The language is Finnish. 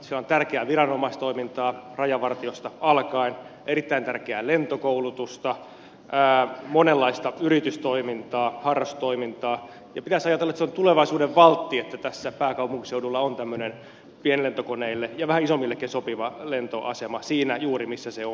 siellä on tärkeää viranomaistoimintaa rajavartiostosta alkaen erittäin tärkeää lentokoulutusta monenlaista yritystoimintaa harrastustoimintaa ja pitäisi ajatella että se on tulevaisuuden valtti että tässä pääkaupunkiseudulla on tällainen pienlentokoneille ja vähän isommillekin sopiva lentoasema siinä juuri missä se on